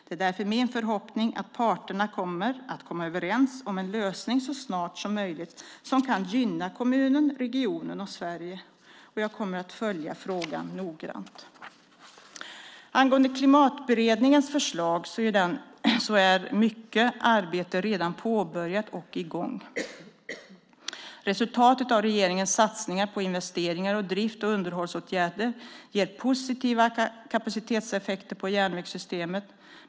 Det är därför min förhoppning att parterna kommer att komma överens om en lösning så snart som möjligt som kan gynna kommunen, regionen och Sverige. Jag kommer att följa frågan noggrant. Angående Klimatberedningens förslag är mycket arbete redan påbörjat och i gång. Resultatet av regeringens satsningar på investeringar och drift och underhållsåtgärder ger positiva kapacitetseffekter på järnvägssystemet.